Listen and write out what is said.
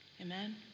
Amen